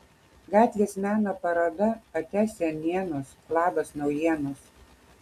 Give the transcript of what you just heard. gatvės meno paroda ate senienos labas naujienos